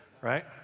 right